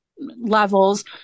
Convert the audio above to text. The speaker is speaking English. levels